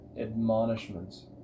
admonishments